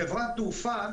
מבין שחברת התעופה